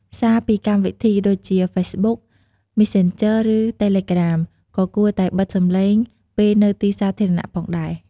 សារពីកម្មវិធីដូចជា ហ្វេសបុក (Facebook) មេសសេនជឺ (Messanger) ឬ តេលេក្រាម (Telagram) ក៏គួរតែបិទសំឡេងពេលនៅទីសាធារណៈផងដែរ។